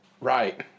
Right